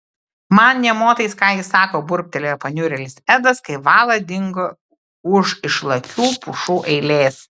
man nė motais ką ji sako burbtelėjo paniurėlis edas kai vala dingo už išlakių pušų eilės